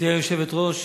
גברתי היושבת-ראש,